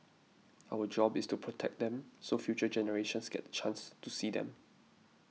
our job is to protect them so future generations get chance to see them